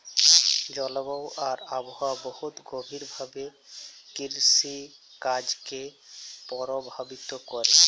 জলবায়ু আর আবহাওয়া বহুত গভীর ভাবে কিরসিকাজকে পরভাবিত ক্যরে